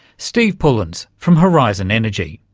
steve pullins from horizon energy.